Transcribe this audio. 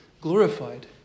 Glorified